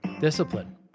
Discipline